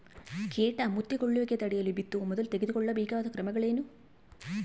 ಕೇಟ ಮುತ್ತಿಕೊಳ್ಳುವಿಕೆ ತಡೆಯಲು ಬಿತ್ತುವ ಮೊದಲು ತೆಗೆದುಕೊಳ್ಳಬೇಕಾದ ಕ್ರಮಗಳೇನು?